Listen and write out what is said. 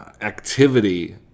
activity